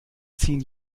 ziehen